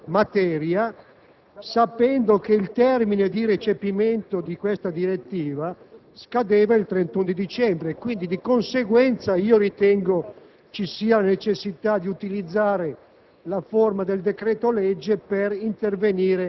il provvedimento interviene su questa materia sapendo che il termine di recepimento della direttiva scadeva il 31 dicembre e, di conseguenza, ritengo vi fosse la necessità di utilizzare